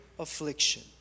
Affliction